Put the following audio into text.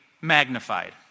magnified